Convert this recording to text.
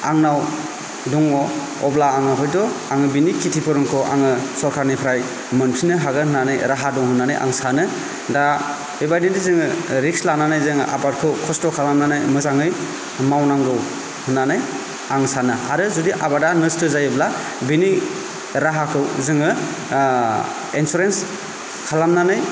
आंनाव दङ अब्ला आङो हयथ' आङो बेनि खिथि पुरनखौ आङो सरखारनिफ्राय मोनफिननो हागोन होननानै राहा दं होननानै आं सानो दा बेबादिनो जोङो रिक्स लानानै जोङो आबादखौ खस्थ' खालामनानै मोजाङै मावनांगौ होननानै आं सानो आरो जुदि आबादा नस्थ' जायोब्ला बेनि राहाखौ जोङो एन्सुरेन्स खालामनानै